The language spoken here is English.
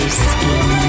skin